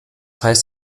heißt